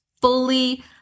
fully